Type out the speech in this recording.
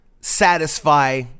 satisfy